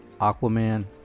Aquaman